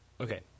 Okay